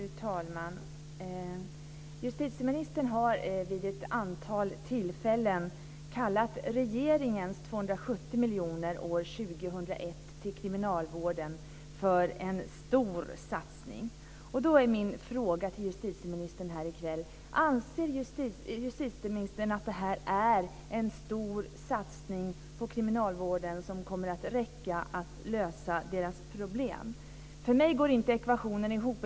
Fru talman! Justitieministern har vid ett antal tillfällen kallat regeringens 270 miljoner till kriminalvården år 2001 för en stor satsning. Min fråga till justitieministern här i kväll är: Anser justitieministern att det här är en stor satsning på kriminalvården som kommer att räcka för att lösa dess problem? För mig går inte ekvationen ihop.